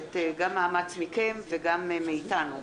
שדורשת מאמץ מכם וגם מאתנו.